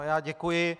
Já děkuji.